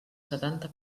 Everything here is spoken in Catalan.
setanta